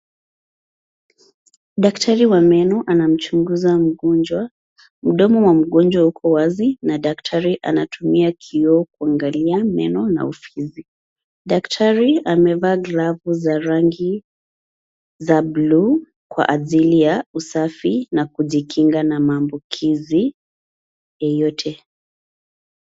Daktari wa meno anamchunguza mgonjwa. Mdomo wa mgonjwa uko wazi na daktari anatumia kioo kuangalia meno na ufisi. Daktari amevaa glovu za rangi za bluu kwa ajili ya usafi na kujikinga na maambukizi yoyote.